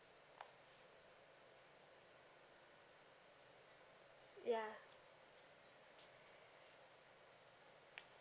yeah